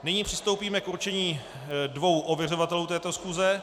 Nyní přistoupíme k určení dvou ověřovatelů této schůze.